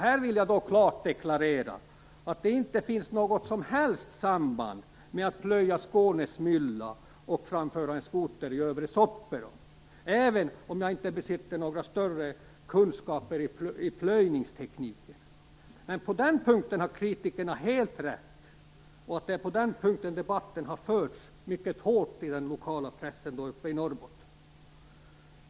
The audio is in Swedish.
Här vill jag klart deklarera att det inte finns något som helst samband mellan att plöja Skånes mylla och att framföra en skoter i Övre Soppero, även om jag inte besitter några större kunskaper i plöjningstekniken. Men på den punkten har kritikerna helt rätt, och det är på den punkten debatten har förts mycket hårt i den lokala pressen uppe i Norrbotten.